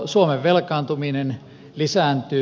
suomen velkaantuminen lisääntyy